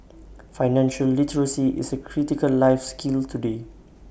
financial literacy is A critical life skill today